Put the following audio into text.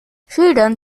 schildern